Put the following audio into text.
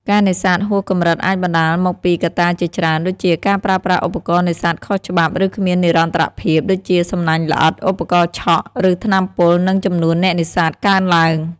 ការនេសាទហួសកម្រិតអាចបណ្ដាលមកពីកត្តាជាច្រើន ដូចជាការប្រើប្រាស់ឧបករណ៍នេសាទខុសច្បាប់ ឬគ្មាននិរន្តរភាព ដូចជាសំណាញ់ល្អិត ឧបករណ៍ឆក់ ឬថ្នាំពុល និងចំនួនអ្នកនេសាទកើនឡើង។